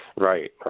Right